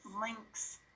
links